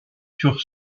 sur